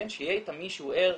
שיהיה איתם מישהו ער,